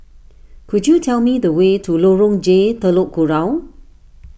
could you tell me the way to Lorong J Telok Kurau